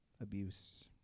abuse